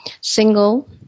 single